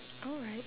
alright